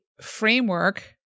framework